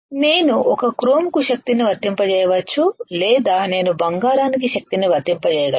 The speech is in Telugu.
నేను ఒక క్రోమ్కు శక్తిని వర్తింపజేయవచ్చు లేదా నేను బంగారానికి శక్తిని వర్తింపజేయగలను